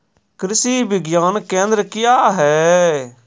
कृषि विज्ञान केंद्र क्या हैं?